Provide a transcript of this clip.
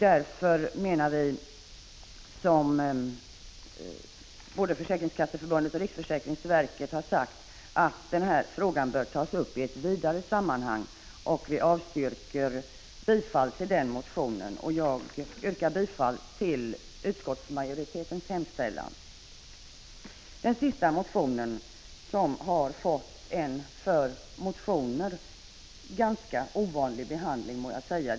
Därför menar vi, som både försäkringskasseförbundet och riksförsäkringsverket har sagt, att frågan bör tas upp i ett vidare sammanhang. Vi avstyrker bifall till motionen, och jag yrkar bifall till utskottsmajoritetens hemställan. Den sista motionen har fått en för motioner ganska ovanlig behandling, må jag säga.